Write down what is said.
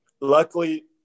Luckily